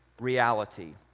reality